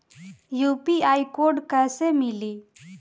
UPI code कैसे मिली?